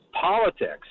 politics